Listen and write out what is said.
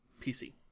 PC